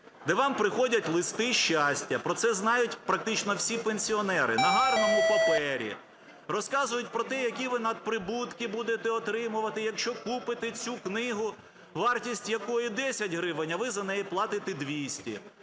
де вам приходять "листи щастя", про це знають практично всі пенсіонери, на гарному папері. Розказують про те, які ви надприбутки будете отримувати, якщо купите цю книгу, вартість якої 10 гривень, а ви за неї платите 200.